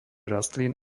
rastlín